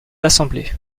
assemblée